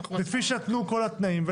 וכפי שנתנו כל התנאים.